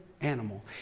animal